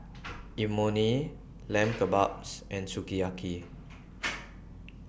Imoni Lamb Kebabs and Sukiyaki